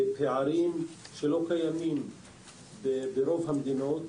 זה פער שלא קיים ברוב המדינות,